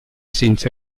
senza